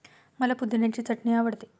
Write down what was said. मला पुदिन्याची चटणी आवडते